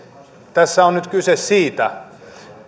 tässä on nyt kyse siitä